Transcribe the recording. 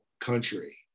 country